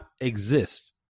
exist